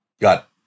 got